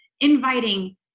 inviting